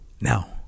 now